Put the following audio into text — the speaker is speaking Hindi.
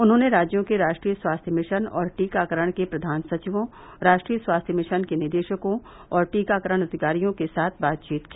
उन्होंने राज्यों के राष्ट्रीय स्वास्थ्य मिशन और टीकाकरण के प्रधान सविवों राष्ट्रीय स्वास्थ्य मिशन के निदेशकों और टीकाकरण अधिकारियों के साथ बातचीत की